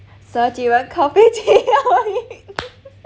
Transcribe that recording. thirty one coffee